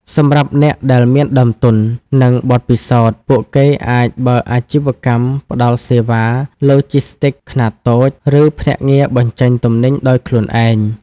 សម្រាប់អ្នកដែលមានដើមទុន និងបទពិសោធន៍ ពួកគេអាចបើកអាជីវកម្មផ្តល់សេវាឡូជីស្ទីកខ្នាតតូច ឬភ្នាក់ងារបញ្ចេញទំនិញដោយខ្លួនឯង។